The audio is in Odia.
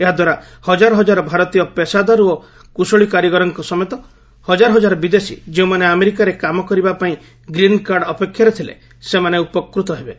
ଏହାଦ୍ୱାରା ହଜାର ହଜାର ଭାରତୀୟ ପେସାଦାର ଓ କୁଶଳୀ କାରିଗରଙ୍କ ସମେତ ହଜାର ବିଦେଶୀ ଯେଉଁମାନେ ଆମେରିକାରେ କାମ କରିବା ପାଇଁ ଗ୍ରୀନ୍ କାର୍ଡ ଅପେକ୍ଷାରେ ଥିଲେ ସେମାନେ ଉପକୃତ ହେବେ